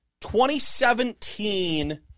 2017